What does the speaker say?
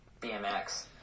bmx